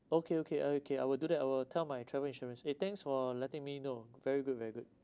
okay okay okay I will do that I will tell my travel insurance eh thanks for letting me know very good very good